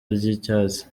ry’icyatsi